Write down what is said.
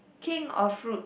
king of fruit